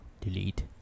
delete